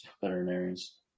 veterinarians